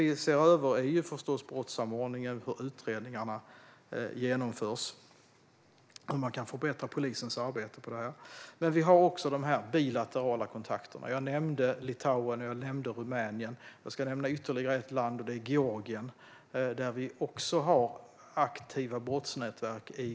Vi ser förstås över brottssamordningen, hur utredningarna genomförs och om man kan förbättra polisens arbete med det här. Men vi har också de bilaterala kontakterna. Jag nämnde Litauen och Rumänien. Jag ska nämna ytterligare ett land, och det är Georgien, där det finns aktiva brottsnätverk.